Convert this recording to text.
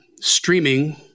streaming